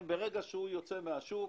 ברגע שהוא יוצא מהשוק